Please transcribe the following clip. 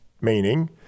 Meaning